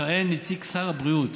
מכהן נציג שר הבריאות